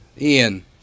Ian